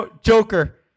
Joker